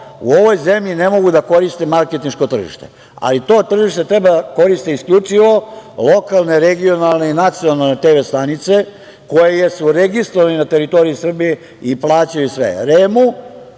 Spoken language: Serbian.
u ovoj zemlji ne mogu da koriste marketinško tržište, ali to tržište treba da koriste isključivo lokalne, regionalne i nacionalne TV stanice koje su registrovane na teritoriji Srbije i plaćaju sve